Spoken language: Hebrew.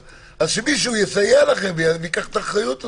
אבל שמישהו יסייע לכם וייקח את האחריות הזו.